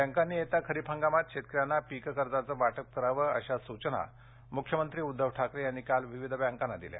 बँकांनी येत्या खरीप हंगामात शेतकऱ्यांना पीक कर्जाचं वाटप करावं अशा सूचना मुख्यमंत्री उद्दव ठाकरे यांनी काल विविध बँकांना दिली